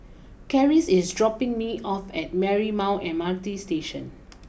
Karis is dropping me off at Marymount M R T Station